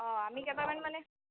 অঁ আমি কেইটামান মানে